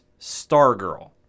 Stargirl